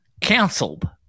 canceled